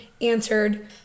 answered